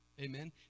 Amen